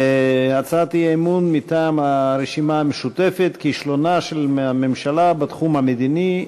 הצעת אי-אמון מטעם הרשימה המשותפת: כישלונה של הממשלה בתחום המדיני,